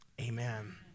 Amen